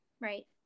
right